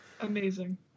Amazing